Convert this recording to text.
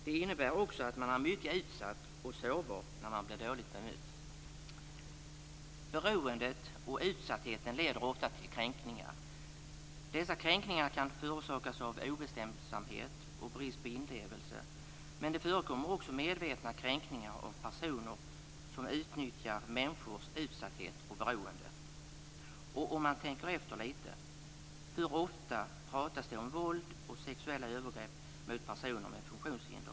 Det innebär också att man är mycket utsatt och sårbar när man blir dåligt bemött. Beroendet och utsattheten leder ofta till kränkningar. Dessa kränkningar kan förorsakas av obestämdhet och brist på inlevelse, men det förekommer också medvetna kränkningar av personer som utnyttjar människors utsatthet och beroende. Och om man tänker efter lite kan man fråga: Hur ofta pratas det om våld och sexuella övergrepp mot personer med funktionshinder?